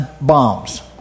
bombs